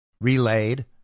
relayed